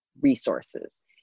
resources